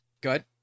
good